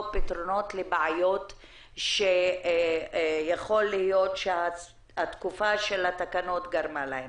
פתרונות לבעיות שיכול להיות שהתקופה של התקנות גרמה להן.